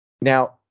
Now